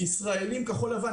ישראלים כחול לבן,